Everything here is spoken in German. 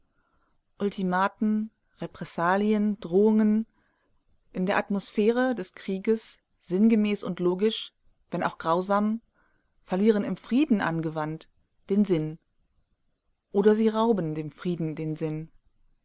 ultimaten repressalien drohungen in der atmosphäre des krieges sinngemäß und logisch wenn auch grausam verlieren im frieden angewandt den sinn oder sie rauben dem frieden den sinn